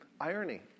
irony